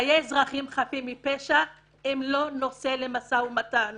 חיי אזרחים חפים מפשע הם לא נושא למשא ומתן